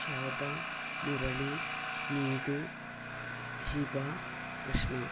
Shobha Murali Neethu Shiva Krishna